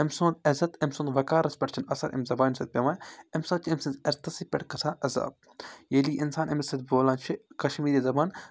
أمۍ سُنٛد عزت أمۍ سُنٛد وَکارَس پٮ۪ٹھ چھِنہٕ اَثَر اَمہِ زَبانہِ سۭتۍ پٮ۪وان اَمہِ ساتہٕ چھِ أمۍ سٕنٛز عرتَسٕے پٮ۪ٹھ گژھان عذاب ییٚلہِ یہِ اِنسان أمِس سۭتۍ بولان چھِ کَشمیٖری زَبان